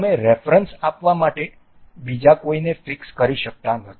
તમે રેફરન્સ આપવા માટે બીજા કોઈને ફીક્સ કરી શકતા નથી